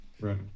Right